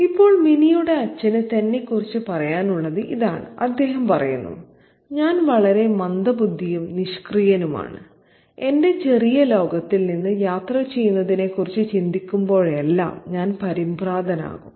ഇപ്പോൾ മിനിയുടെ അച്ഛന് തന്നെക്കുറിച്ച് പറയാനുള്ളത് ഇതാണ് അദ്ദേഹം പറയുന്നു "ഞാൻ വളരെ മന്ദബുദ്ധിയും നിഷ്ക്രിയനുമാണ് എന്റെ ചെറിയ ലോകത്തിൽ നിന്ന് യാത്രചെയ്യുന്നതിനെക്കുറിച്ച് ചിന്തിക്കുമ്പോഴെല്ലാം ഞാൻ പരിഭ്രാന്തനാകും